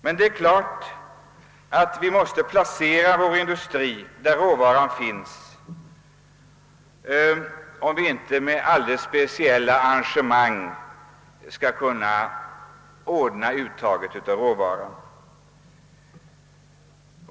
Men det är klart att vi måste placera vår industri där råvaran finns, om vi inte med alldeles speciella arrangemang kan ordna transporten av råvaran.